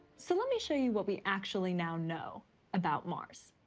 so let me show you what we actually now know about mars.